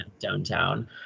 downtown